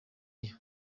nayo